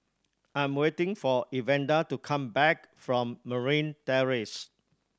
I am waiting for Evander to come back from Marine Terrace